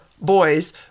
boys